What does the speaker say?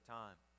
time